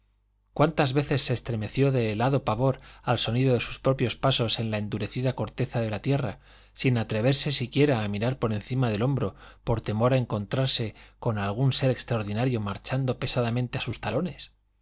cuántas veces se estremeció de helado pavor al sonido de sus propios pasos en la endurecida corteza de la tierra sin atreverse siquiera a mirar por encima del hombro por temor de encontrarse con algún ser extraordinario marchando pesadamente a sus talones